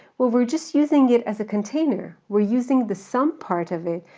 well we're just using it as a container, we're using the sum part of it,